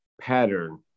pattern